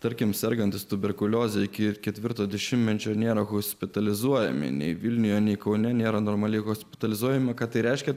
tarkime sergantis tuberkulioze iki ketvirto dešimtmečio nėra hospitalizuojami nei vilniuje nei kaune nėra normali hospitalizuojama ką tai reiškia